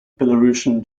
belarusian